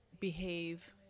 behave